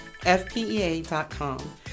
fpea.com